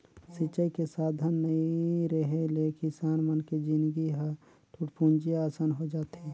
सिंचई के साधन नइ रेहे ले किसान मन के जिनगी ह टूटपुंजिहा असन होए जाथे